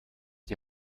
die